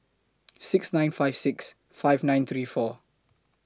six nine five six five nine three four